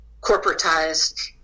corporatized